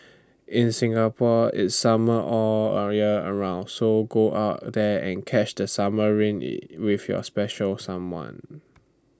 in Singapore it's summer all A year around so go out there and catch that summer rain with your special someone